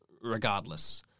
regardless